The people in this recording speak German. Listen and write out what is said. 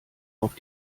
auf